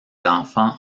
enfants